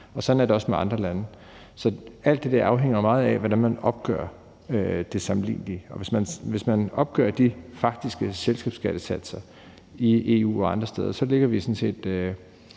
og sådan er det også med andre lande. Så alt det der afhænger jo meget af, hvordan man opgør det sammenlignelige, og hvis man opgør de faktiske selskabsskattesatser i EU og andre steder, ligger vi sådan set